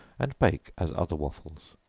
and bake as other waffles.